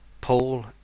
Paul